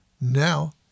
Now